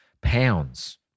pounds